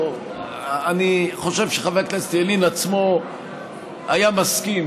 אני חושב שחבר הכנסת ילין עצמו היה מסכים,